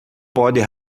pode